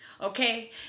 okay